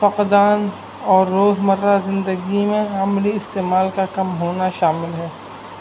فقدان اور روز مرہ زندگی میں عملی استعمال کا کم ہونا شامل ہے